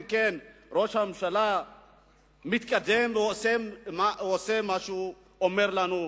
ראש הממשלה מתקדם ועושה מה שהוא אומר לנו,